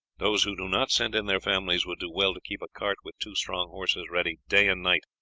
those who do not send in their families would do well to keep a cart with two strong horses ready day and night,